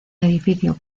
edificio